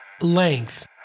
Length